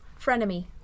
Frenemy